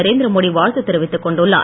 நரேந்திரமோடி வாழ்த்து தெரிவித்துக் கொண்டுள்ளார்